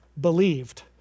believed